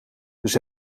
dus